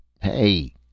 Hey